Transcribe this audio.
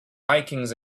vikings